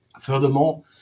Furthermore